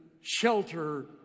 shelter